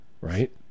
right